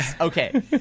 Okay